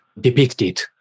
depicted